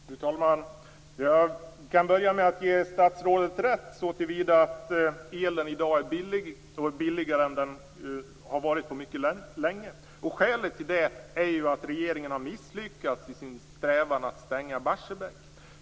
Fru talman! Jag kan börja med att ge statsrådet rätt såtillvida att elen i dag är billig, billigare än den har varit på mycket länge. Skälet till det är att regeringen har misslyckats i sin strävan att stänga Barsebäck.